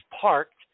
parked